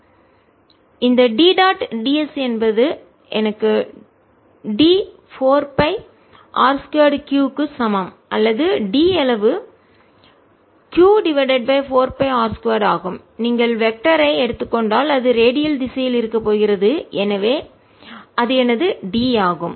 எனவே இந்த D dot ds எனக்கு D 4 pi r 2 Q க்கு சமம் அல்லது D அளவு q divided by 4 pi r 2 ஆகும் நீங்கள் வெக்டர் ஐ திசையனை எடுத்துக் கொண்டால் அது ரேடியல் திசையில் இருக்கப் போகிறது அது எனது D ஆகும்